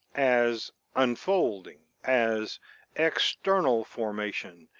as unfolding, as external formation,